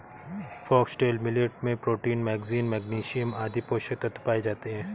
foxtail millet में protein, manganese, magnesium आदि पोषक तत्व पाए जाते है